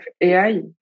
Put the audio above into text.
AI